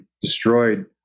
destroyed